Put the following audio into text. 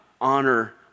honor